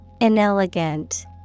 Inelegant